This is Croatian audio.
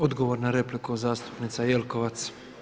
Odgovor na repliku, zastupnica Jelkovac.